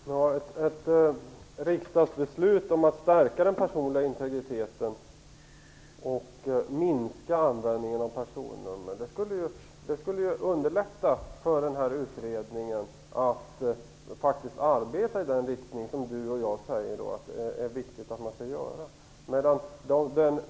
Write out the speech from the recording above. Fru talman! Ett riksdagsbeslut om att stärka den personliga integriteten och minska användningen av personnummer skulle underlätta för utredningen att faktiskt arbeta med den inriktning som du och jag säger är viktig.